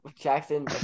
Jackson